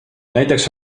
näiteks